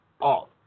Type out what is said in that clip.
off